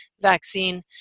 vaccine